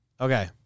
Okay